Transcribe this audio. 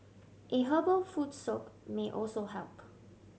a herbal foot soak may also help